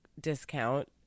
discount